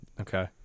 Okay